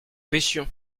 pêchions